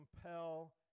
compel